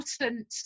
important